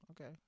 Okay